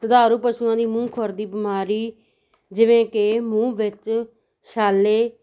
ਦੁਧਾਰੂ ਪਸ਼ੂਆਂ ਦੀ ਮੂੰਹ ਖੁਰ ਦੀ ਬਿਮਾਰੀ ਜਿਵੇਂ ਕਿ ਮੂੰਹ ਵਿੱਚ ਛਾਲੇ